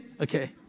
Okay